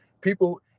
People